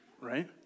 right